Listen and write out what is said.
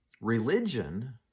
Religion